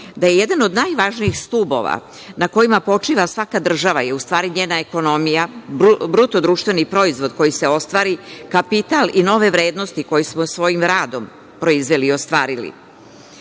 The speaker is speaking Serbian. da je jedan od najvažnijih stubova na kojima počiva svaka država je u stvari njena ekonomija, BDP koji se ostvari, kapital i nove vrednosti koje smo svojim radom proizveli i ostvarili. Na